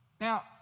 Now